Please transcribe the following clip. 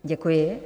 Děkuji.